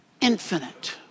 infinite